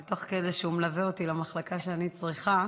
ותוך כדי שהוא מלווה אותי למחלקה שאני צריכה,